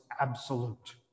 absolute